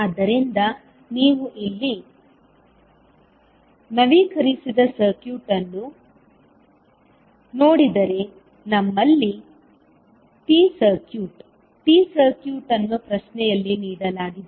ಆದ್ದರಿಂದ ನೀವು ಇಲ್ಲಿ ನವೀಕರಿಸಿದ ಸರ್ಕ್ಯೂಟ್ ಅನ್ನು ನೋಡಿದರೆ ನಿಮ್ಮಲ್ಲಿ T ಸರ್ಕ್ಯೂಟ್ T ಸರ್ಕ್ಯೂಟ್ ಅನ್ನು ಪ್ರಶ್ನೆಯಲ್ಲಿ ನೀಡಲಾಗಿದೆ